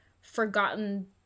forgotten